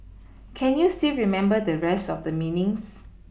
can you still remember the rest of the meanings